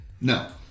No